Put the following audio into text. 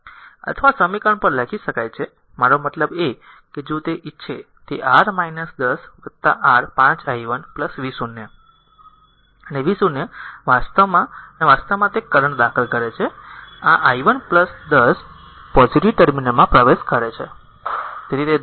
અથવા આ સમીકરણ પણ લખી શકાય છે મારો મતલબ કે જો તે ઇચ્છે કે તે r 10 r 5 i 1 v0 અને v0 વાસ્તવમાં અને v0 વાસ્તવમાં તે કરંટ દાખલ છે આ i 1 10 પોઝીટીવ ટર્મિનલમાં પ્રવેશ કરે છે